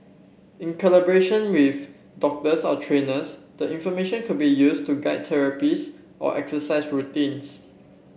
in collaboration with doctors or trainers the information could be used to guide therapies or exercise routines